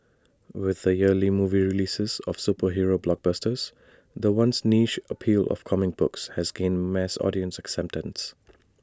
with the yearly movie releases of superhero blockbusters the once niche appeal of comic books has gained mass audience acceptance